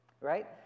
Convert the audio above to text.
Right